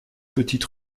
petite